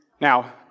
Now